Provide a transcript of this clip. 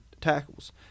tackles